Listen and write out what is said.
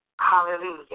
hallelujah